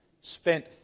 spent